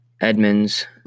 Edmonds